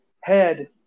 head